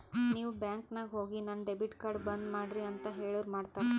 ನೀವ್ ಬ್ಯಾಂಕ್ ನಾಗ್ ಹೋಗಿ ನನ್ ಡೆಬಿಟ್ ಕಾರ್ಡ್ ಬಂದ್ ಮಾಡ್ರಿ ಅಂತ್ ಹೇಳುರ್ ಮಾಡ್ತಾರ